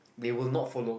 they will not follow